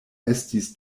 estis